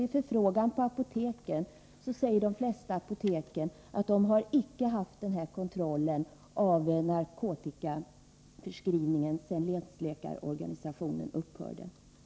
Vid förfrågan på apoteken får man veta att de flesta av dem icke har haft någon kontroll av narkotikaförskrivningen sedan länsläkarorganisationen upphörde.